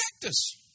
practice